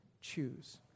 choose